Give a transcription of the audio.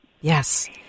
Yes